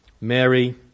Mary